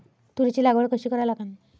तुरीची लागवड कशी करा लागन?